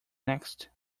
next